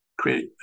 create